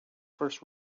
first